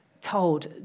told